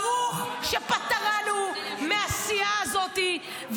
ברוך שפטרנו מהסיעה הזאת -- תודה.